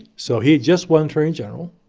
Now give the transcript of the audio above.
so he'd just won attorney general.